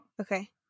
Okay